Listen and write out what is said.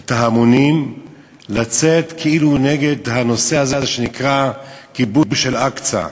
את ההמונים לצאת כאילו נגד הנושא הזה שנקרא כיבוש אל-אקצא.